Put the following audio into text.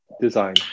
design